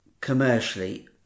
commercially